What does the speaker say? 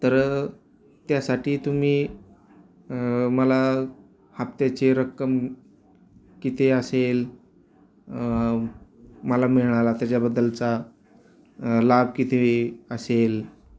तर त्यासाठी तुम्ही मला हप्त्याचे रक्कम किती असेल मला मिळायला त्याच्याबद्दलचा लाभ किती असेल